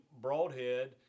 broadhead